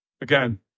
Again